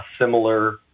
similar